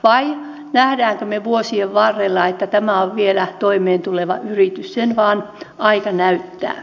vai näemmekö me vuosien varrella että tämä on vielä toimeentuleva yritys sen vain aika näyttää